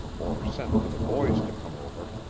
or send for the boys to come over.